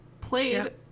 played